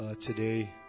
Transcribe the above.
today